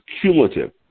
cumulative